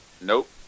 Nope